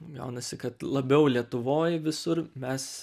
gaunasi kad labiau lietuvoj visur mes